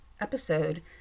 episode